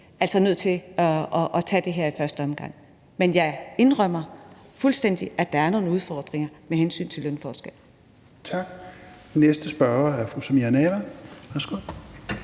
man er nødt til at tage det her i første omgang. Men jeg indrømmer fuldstændig, at der er nogle udfordringer med hensyn til lønforskelle. Kl. 11:47 Tredje næstformand (Rasmus